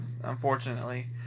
unfortunately